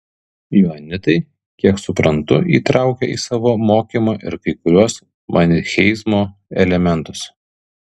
joanitai kiek suprantu įtraukia į savo mokymą ir kai kuriuos manicheizmo elementus